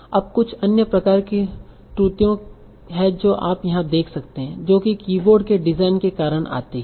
अब कुछ अन्य प्रकार की त्रुटियां हैं जो आप यहां देख सकते हैं जो कि कीबोर्ड के डिजाइन के कारण आती हैं